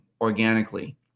organically